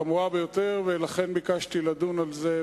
חמורה ביותר, ולכן ביקשתי לדון בזה.